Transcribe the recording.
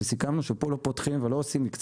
וסיכמנו שפה לא פותחים ולא עושים מקצה